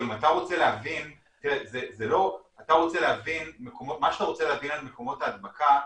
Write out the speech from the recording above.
לגבי נושא של מקומות הדבקה,